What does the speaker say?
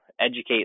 educate